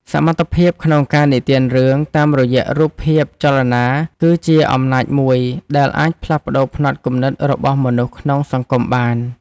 សមត្ថភាពក្នុងការនិទានរឿងតាមរយៈរូបភាពចលនាគឺជាអំណាចមួយដែលអាចផ្លាស់ប្តូរផ្នត់គំនិតរបស់មនុស្សក្នុងសង្គមបាន។